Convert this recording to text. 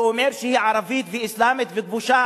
ואומר שהיא ערבית ואסלאמית וכבושה?